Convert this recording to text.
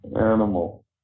animal